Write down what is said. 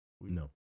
No